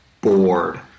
bored